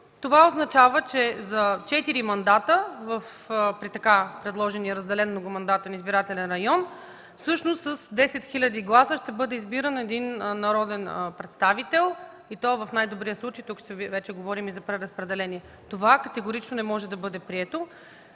означава, че за четири мандата при така предложения разделен многомандатен избирателен район всъщност с 10 хиляди гласа ще бъде избиран един народен представител, и то в най-добрия случай – тук вече говорим и за преразпределение. Това категорично не може да бъде прието.